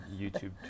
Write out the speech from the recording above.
YouTube